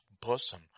person